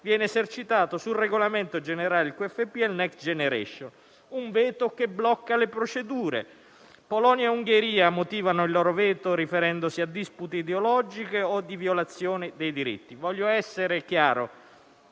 viene esercitato sul regolamento generale del QFP e sul Next Generation EU, un veto che blocca le procedure. Polonia e Ungheria motivano il loro veto riferendosi a dispute ideologiche o di violazione dei diritti. Voglio essere chiaro: